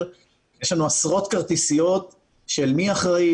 עשרות כרטיסיות של מי אחראי,